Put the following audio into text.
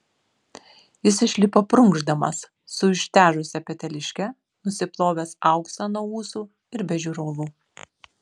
jis išlipo prunkšdamas su ištežusia peteliške nusiplovęs auksą nuo ūsų ir be žiūronų